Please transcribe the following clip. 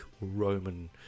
roman